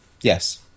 Yes